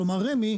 כלומר רמ"י,